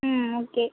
ம் ஓகே